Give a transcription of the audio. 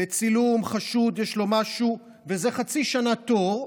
לצילום, חשוד, יש לו משהו, וזה חצי שנה תור,